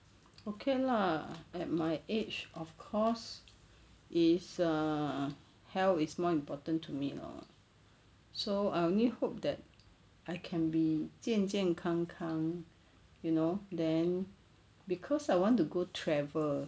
okay lah at my age of course is err health is more important to me lor so I only hope that I can be 健健康康 you know then cause I want to go travel